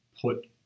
put